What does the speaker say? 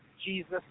Jesus